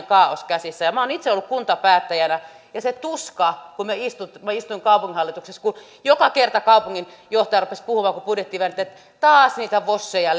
kaaos käsissä ja minä olen itse ollut kuntapäättäjänä ja se oli tuskaa kun minä istuin kaupunginhallituksessa joka kerta kun budjettia väännettiin kaupunginjohtaja rupesi puhumaan että taas niitä voseja